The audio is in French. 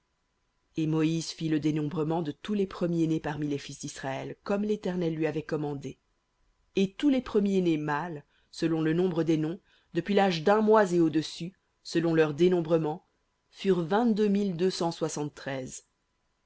et moïse fit le dénombrement de tous les premiers-nés parmi les fils d'israël comme l'éternel lui avait commandé et tous les premiers-nés mâles selon le nombre des noms depuis l'âge d'un mois et au-dessus selon leur dénombrement furent